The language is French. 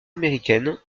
américaine